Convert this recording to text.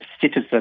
citizen